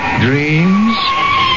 dreams